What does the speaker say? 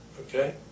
Okay